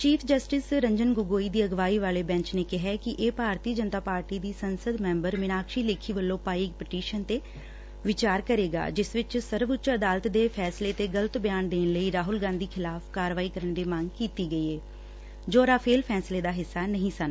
chief justice Ranjan Gogoi ਦੀ ਅਗਵਾਈ ਵਾਲੇ ਬੈਂਚ ਨੇ ਕਿਹਾ ਕਿ ਇਹ ਭਾਰਤੀ ਜਨਤਾ ਪਾਰਟੀ ਦੀ ਸੰਸ਼ਦ ਮੈਂਬਰ ਮਿਨਾਕਸ਼ੀ ਲੇਖੀ ਵੱਲੋਂ ਪਾਈ ਪਟੀਸ਼ਨ ਤੇ ਵਿਚਾਰ ਕਰੇਗਾ ਜਿਸ ਵਿਚ ਸਰਵਉੱਚ ਅਦਾਲਤ ਦੇ ਫੈਸਲੇ ਤੇ ਗਲਤ ਬਿਆਨ ਦੇਣ ਲਈ ਰਾਹੁਲ ਗਾਂਧੀ ਖਿਲਾਫ਼ ਕਾਰਵਾਈ ਕਰਨ ਦੀ ਮੰਗ ਕੀਤੀ ਗਈ ਏ ਜੋ ਰਾਫੇਲ ਫੈਸਲੇ ਦਾ ਹਿੱਸਾ ਨਹੀਂ ਸਨ